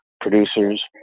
producers